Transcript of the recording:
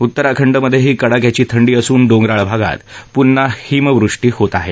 उत्तराखंड मधेही कडाक्याची थंडी असून डोंगराळ भागात पुन्हा हिमवृष्टी होत आहे